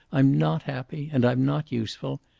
i'm not happy, and i'm not useful.